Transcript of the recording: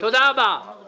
בקשה להרחבה כבר.